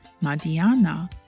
Madiana